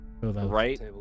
Right